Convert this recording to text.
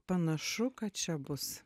panašu kad čia bus